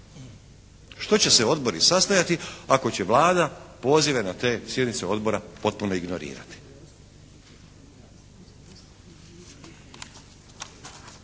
Što će se odbori sastajati ako će Vlada pozive na te sjednice odbora potpuno ignorirati.